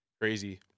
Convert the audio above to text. crazy